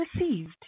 received